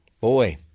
Boy